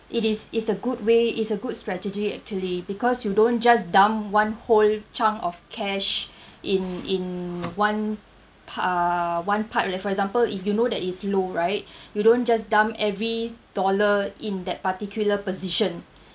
it is it's a good way it's a good strategy actually because you don't just dump one whole chunk of cash in in one par~ one part like for example if you know that it's low right you don't just dump every dollar in that particular position